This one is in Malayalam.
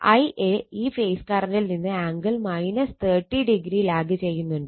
Ia ഈ ഫേസ് കറണ്ടിൽ നിന്ന് ആംഗിൾ 30o ലാഗ് ചെയ്യുന്നുണ്ട്